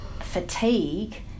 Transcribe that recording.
fatigue